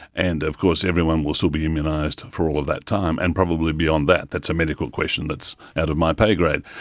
and of course everyone will still be immunised for all of that time and probably beyond that. that's a medical question that's out of my pay grade.